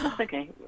Okay